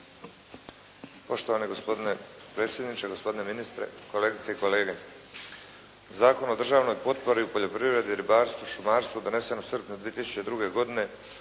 Poštovani gospodine predsjedniče, gospodine ministre, kolegice i kolege. Zakon o državnoj potpori u poljoprivredi, ribarstvu i šumarstvu je donese u srpnju 2002. godine